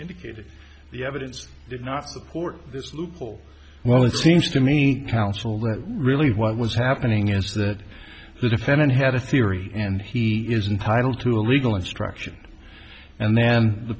indicated the evidence did not support this loophole well it seems to me counsel wrote really what was happening is that the defendant had a theory and he is entitle to a legal instruction and then the